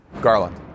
Garland